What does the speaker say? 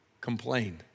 complained